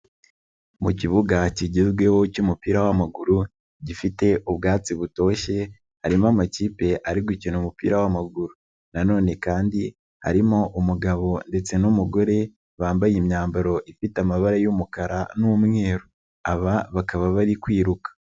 Mu kibuga kigezweho cy'umupira w'amaguru, gifite ubwatsi butoshye, harimo amakipe ari gukina umupira w'amaguru. Na none kandi, harimo umugabo ndetse n'umugore bambaye imyambaro ifite amabara y'umukara n'umweru. Aba bakaba bari kwiruka.